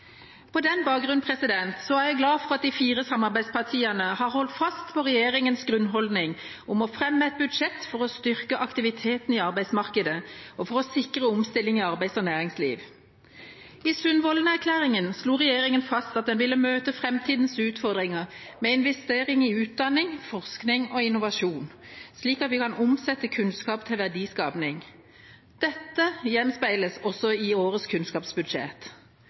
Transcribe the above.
På den bakgrunn er jeg glad for at de fire samarbeidspartiene har holdt fast ved regjeringas grunnholdning om å fremme et budsjett for å styrke aktiviteten i arbeidsmarkedet og for å sikre omstilling i arbeids- og næringsliv. I Sundvolden-erklæringen slo regjeringa fast at den ville møte framtidas utfordringer med investering i utdanning, kompetanse og innovasjon, slik at vi kan omsette kunnskap til verdiskaping. Dette gjenspeiles også i årets kunnskapsbudsjett.